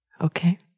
Okay